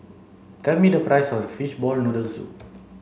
tell me the price of fishball noodle soup